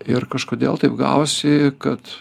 ir kažkodėl taip gavosi kad